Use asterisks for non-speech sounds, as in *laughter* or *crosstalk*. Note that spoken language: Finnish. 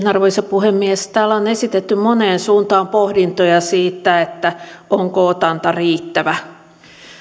*unintelligible* arvoisa puhemies täällä on esitetty moneen suuntaan pohdintoja siitä onko otanta riittävä no